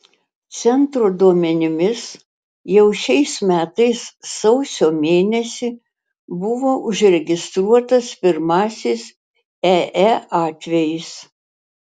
centro duomenimis jau šiais metais sausio mėnesį buvo užregistruotas pirmasis ee atvejis